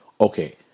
okay